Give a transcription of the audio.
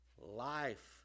life